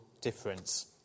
difference